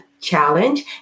challenge